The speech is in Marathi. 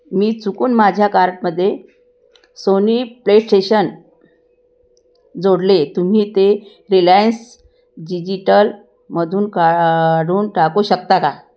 मी चुकून माझ्या कार्टमध्ये सोनी प्लेस्टेशन जोडले तुम्ही ते रिलायन्स जिजिटलमधून काढून टाकू शकता का